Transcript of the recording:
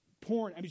porn